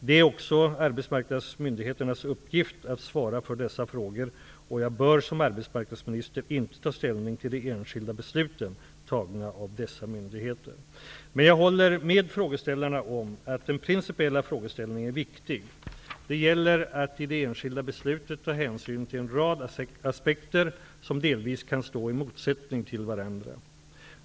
Det är också arbetsmarknadsmyndigheternas uppgift att svara för dessa frågor och jag bör som arbetsmarknadsminister inte ta ställning till de enskilda besluten tagna av dessa myndigheter. Men jag håller med frågeställarna om att den principiella frågeställningen är viktig. Det gäller att i det enskilda beslutet ta hänsyn till en rad aspekter som delvis kan stå i motsättning till varandra.